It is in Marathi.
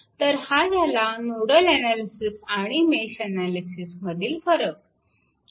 तर हा झाला नोडल अनालिसिस आणि मेश अनालिसिसमधील फरक